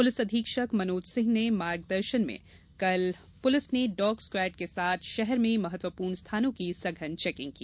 police अधीक्षक मनोज सिंह के मार्गदर्षन में कल पुलिस ने डॉग स्क्वाड के साथ शहर में महत्वपूर्ण स्थानों की सघन चेकिंग की